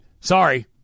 Sorry